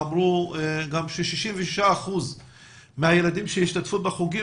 אמרו ש-66% מהילדים שהשתתפו בחוגים,